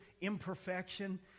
imperfection